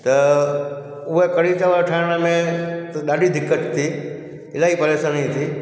त उहे कढ़ी चांवर ठाहिण में त ॾाढी दिक़त थी इलाही परेशानी थी